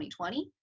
2020